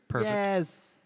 Yes